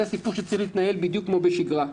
זה דבר שצריך להתנהל בדיוק כמו בשגרה,